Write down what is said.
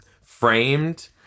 framed